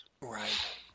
Right